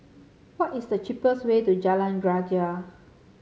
what is the cheapest way to Jalan Greja